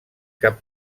cap